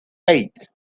eight